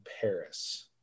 Paris